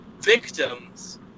victims